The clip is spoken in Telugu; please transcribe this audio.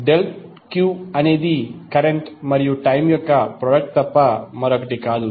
∆q అనేది కరెంట్ మరియు టైమ్ యొక్క ప్రొడక్ట్ తప్ప మరొకటి కాదు